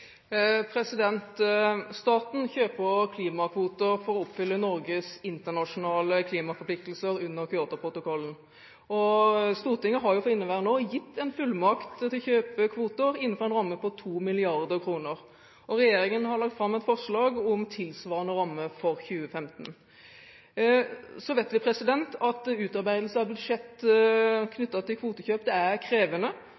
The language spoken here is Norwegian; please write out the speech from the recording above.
Staten kjøper klimakvoter for å oppfylle Norges internasjonale klimaforpliktelser under Kyotoprotokollen. Stortinget har jo for inneværende år gitt en fullmakt til å kjøpe kvoter innenfor en ramme på 2 mrd. kr. Regjeringen har lagt fram et forslag om tilsvarende ramme for 2015. Så vet vi at utarbeidelse av budsjett